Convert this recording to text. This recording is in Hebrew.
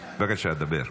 בבקשה, דבר.